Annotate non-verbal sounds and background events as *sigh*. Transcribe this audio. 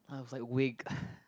I was like wake *breath*